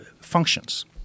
functions